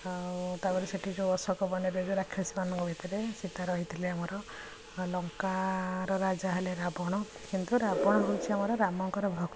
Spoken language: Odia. ଆଉ ତା'ପରେ ସେଠି ଯେଉଁ ଅଶୋକ ବନରେ ଯେଉଁ ରାକ୍ଷସ ମାନଙ୍କ ଭିତରେ ସୀତା ରହୁଥିଲେ ଆମର ଲଙ୍କାର ରାଜା ହେଲେ ରାବଣ କିନ୍ତୁ ରାବଣ ହେଉଛି ଆମର ରାମଙ୍କର ଭକ୍ତ